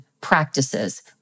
practices